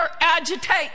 agitate